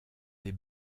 des